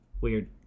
weird